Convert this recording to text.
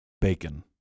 Bacon